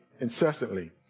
incessantly